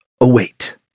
await